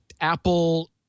Apple